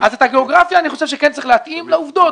את הגיאוגרפיה אני חושב שכן צריך להתאים לעובדות.